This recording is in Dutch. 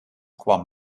kwam